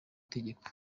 tegeko